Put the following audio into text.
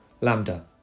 Lambda